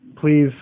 Please